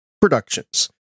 productions